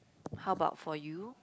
how about for you